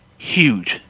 Huge